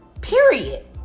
period